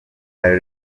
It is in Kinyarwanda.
are